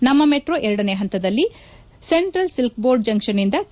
ನಮ್ಮ ಮೆಟ್ರೊ ಎರಡನೇ ಪಂತದಲ್ಲಿ ಸೆಂಟ್ರಲ್ ಸಿಲ್ಕ್ ಬೋರ್ಡ್ ಜಂಕ್ಷನ್ನಿಂದ ಕೆ